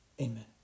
amen